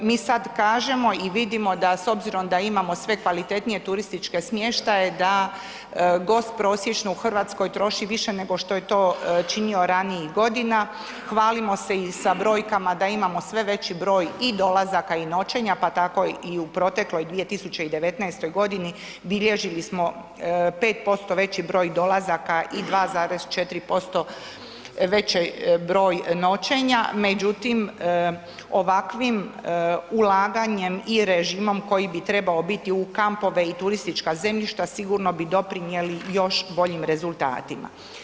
Mi sad kažemo i vidimo da s obzirom da imamo sve kvalitetnije turističke smještaje da gost prosječno u RH troši više nego što je to činio ranijih godina, hvalimo se i sa brojkama da imamo sve veći broj i dolazaka i noćenja, pa tako i u protekloj 2019.g. bilježili smo 5% veći broj dolazaka i 2,4% veći broj noćenja, međutim ovakvim ulaganjem i režimom koji bi trebao biti u kampove i turistička zemljišta sigurno bi doprinjeli još boljim rezultatima.